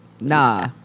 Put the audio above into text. Nah